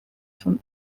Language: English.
from